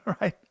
right